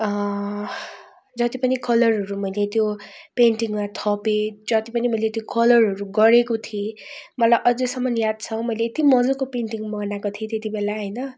जति पनि कलरहरू मैले त्यो पेन्टिङमा थपेँ जति पनि मेले त्यो कलरहरू गरेको थिएँ मलाई अझसम्म याद छ मैले यति मजाको पेन्टिङ बनाएको थिएँ त्यति बेला होइन